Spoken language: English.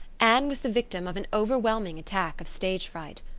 anne was the victim of an overwhelming attack of stage fright.